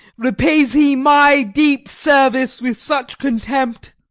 repays he my deep service with such contempt?